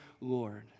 Lord